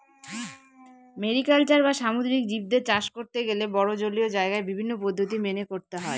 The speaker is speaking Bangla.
মেরিকালচার বা সামুদ্রিক জীবদের চাষ করতে গেলে বড়ো জলীয় জায়গায় বিভিন্ন পদ্ধতি মেনে করতে হয়